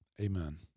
Amen